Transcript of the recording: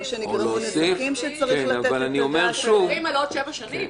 או שנגרמו נזקים שצריך לתת --- אנחנו מדברים על עוד שבע שנים.